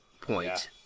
point